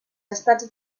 estats